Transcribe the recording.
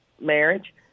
marriage